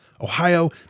Ohio